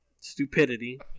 stupidity